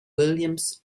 williams